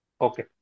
Okay